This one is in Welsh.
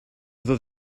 iddo